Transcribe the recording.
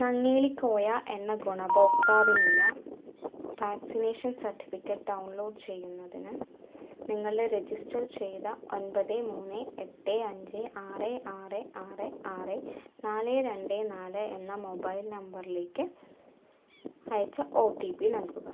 നങ്ങേലി കോയ എന്ന ഗുണഭോക്താവിനുള്ള vaccination certificate download ചെയ്യുന്നതിന് നിങ്ങളുടെ രജിസ്റ്റർ ചെയ്ത ഒൻപത് മൂന്ന് എട്ട് അഞ്ച് ആറ് ആറ് ആറ് ആറ് നാല് രണ്ട് നാല് എന്ന മൊബൈൽ നമ്പറിലേക്ക് അയച്ച ഒ ടി പി നൽകുക